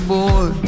boy